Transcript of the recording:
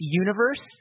universe